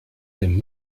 dem